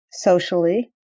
socially